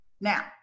Now